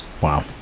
Wow